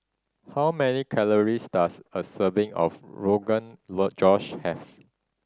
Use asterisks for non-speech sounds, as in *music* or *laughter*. how many calories does a serving of Rogan *unintelligible* Josh have